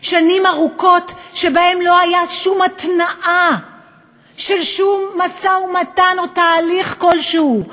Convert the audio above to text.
שנים ארוכות שבהן לא הייתה שום התנעה של שום משא-ומתן או תהליך כלשהו.